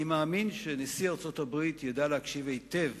אני מאמין שנשיא ארצות-הברית ידע להקשיב היטב